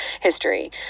history